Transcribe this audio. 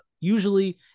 Usually